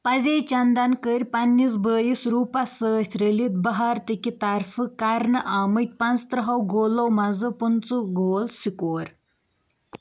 پَزے چندن کٔرۍ پنٛنِس بٲیِس روٗپس سۭتۍ رٔلِتھ بھارتٕکہِ طرفہٕ کرنہٕ آمٕتۍ پَنٛژترٛہَو گولو منٛز پٕنٛژٕ گول سِکور